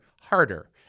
harder